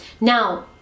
Now